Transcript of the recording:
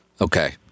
Okay